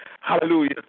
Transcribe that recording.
hallelujah